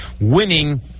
Winning